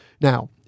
Now